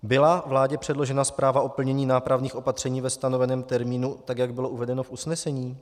Byla vládě předložena zpráva o plnění nápravných opatření ve stanoveném termínu, tak jak bylo uvedeno v usnesení?